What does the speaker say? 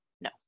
no